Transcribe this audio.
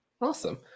Awesome